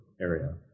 area